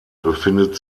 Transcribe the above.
befindet